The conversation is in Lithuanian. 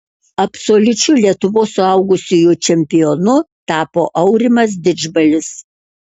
absoliučiu lietuvos suaugusiųjų čempionu tapo aurimas didžbalis